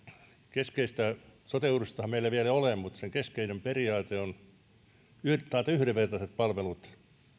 sote uudistustahan meillä vielä ei ole mutta sen keskeinen periaate on taata yhdenvertaiset palvelut